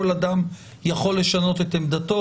כל אדם יכול לשנות את עמדתו.